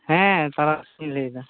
ᱦᱮᱸ ᱛᱟᱨᱟᱥ ᱤᱧ ᱞᱟᱹᱭ ᱮᱫᱟ